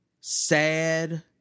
sad